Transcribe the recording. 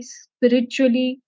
spiritually